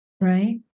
right